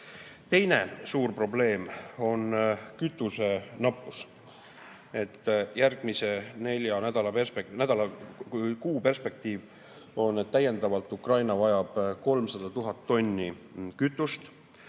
Teine suur probleem on kütuse nappus. Järgmise nelja nädala ehk kuu perspektiiv on, et täiendavalt Ukraina vajab 300 000 tonni kütust.